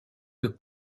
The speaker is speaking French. que